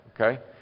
Okay